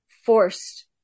forced